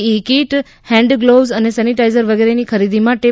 ઈ kit ફેન્ડ gloves અને sanitiser વગેરેની ખરીદી માટે રૂ